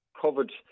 covered